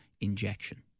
injection